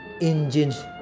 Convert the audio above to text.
engines